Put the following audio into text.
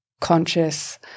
conscious